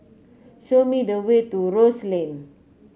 show me the way to Rose Lane